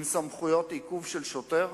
עם סמכויות עיכוב של שוטר?